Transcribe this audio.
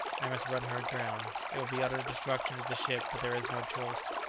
i must run her aground. it will be utter destruction to the ship, but there is no choice.